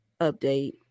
update